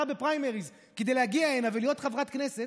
בפריימריז כדי להגיע הנה ולהיות חברת כנסת?